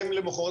אין למחרת,